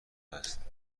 هست